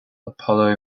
apollo